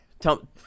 Tell